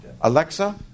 Alexa